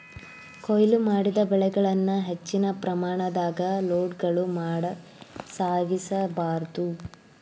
ಕೋಯ್ಲು ಮಾಡಿದ ಬೆಳೆಗಳನ್ನ ಹೆಚ್ಚಿನ ಪ್ರಮಾಣದಾಗ ಲೋಡ್ಗಳು ಮಾಡಿ ಸಾಗಿಸ ಬಾರ್ದು